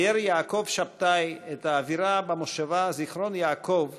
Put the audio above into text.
תיאר יעקב שבתאי את האווירה במושבה זיכרון-יעקב